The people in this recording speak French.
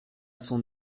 son